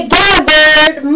gathered